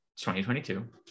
2022